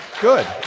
Good